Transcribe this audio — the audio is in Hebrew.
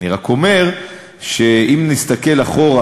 אני רק אומר שאם נסתכל אחורה,